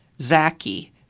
Zaki